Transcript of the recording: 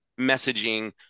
messaging